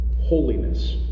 Holiness